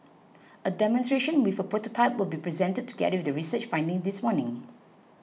a demonstration with a prototype will be presented together with the research findings this morning